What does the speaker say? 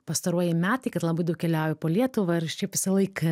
pastaruoji metai kad labai daug keliauju po lietuvą ir šiaip visąlaik